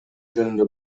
жөнүндө